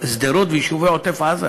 שדרות ויישובי עוטף-עזה?